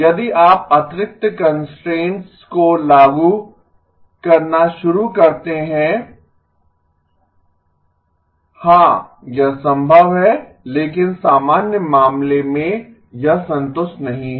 यदि आप अतिरिक्त कंस्ट्रेंट्स को लागू करना शुरू करते हैं हाँ यह संभव है लेकिन सामान्य मामले में यह संतुष्ट नहीं है